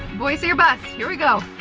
boise or bust, here we go.